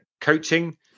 coaching